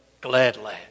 gladly